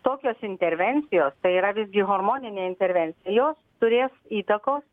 tokios intervencijos tai yra visgi hormoninė intervencija jos turės įtakos